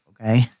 okay